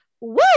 woo